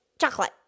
Chocolate